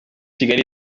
kigali